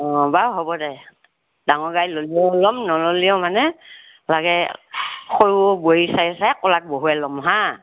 অ বাও হ'ব দে ডাঙৰ গাড়ী ল'লেও লম নল'লেও মানে লাগে সৰু সৰু বোৱাৰী চাই চাই কোলাত বহুৱাই ল'ম হা